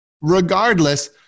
Regardless